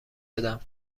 بدم